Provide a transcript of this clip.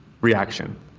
reaction